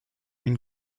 une